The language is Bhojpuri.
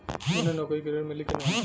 बिना नौकरी के ऋण मिली कि ना?